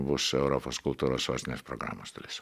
bus europos kultūros sostinės programos dalis